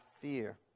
fear